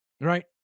right